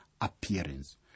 appearance